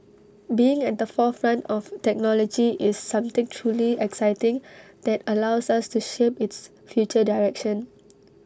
being at the forefront of technology is something truly exciting that allows us to shape its future direction